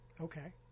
Okay